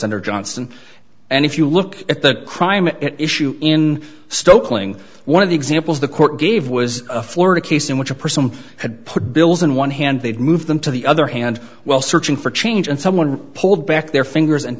under johnson and if you look at the crime issue in stoke playing one of the examples the court gave was a florida case in which a person had put bills in one hand they'd move them to the other hand while searching for change and someone pulled back their fingers and